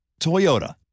Toyota